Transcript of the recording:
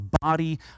body